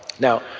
now,